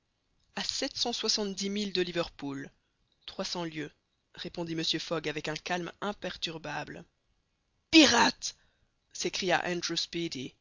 soixante-dix milles de liverpool répondit mr fogg avec un calme imperturbable pirate s'écria